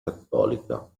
cattolica